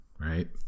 right